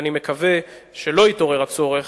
ואני מקווה שלא יתעורר הצורך,